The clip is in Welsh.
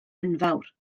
enfawr